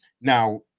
Now